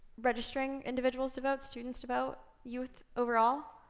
registering individuals to vote, students to vote, youth overall,